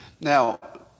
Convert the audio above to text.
Now